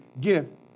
gift